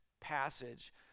passage